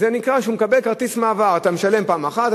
וזה נקרא שהוא מקבל כרטיס מעבר: אתה משלם פעם אחת,